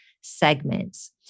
segments